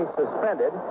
suspended